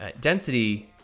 Density